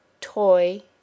toy